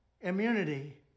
immunity